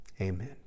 Amen